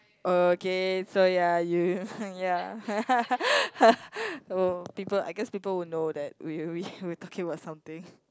okay so ya you ya oh people I guess people would know that we we we talking about something